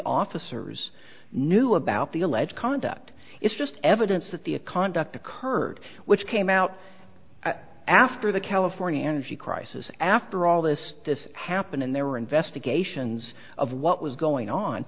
officers knew about the alleged conduct it's just evidence that the a conduct occurred which came out after the california energy crisis after all this this happened and there were investigations of what was going on